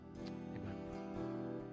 amen